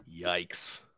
Yikes